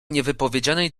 niewypowiedzianej